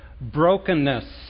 brokenness